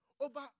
over